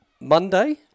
Monday